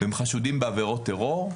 והם חשודים בעבירות טרור,